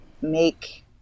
make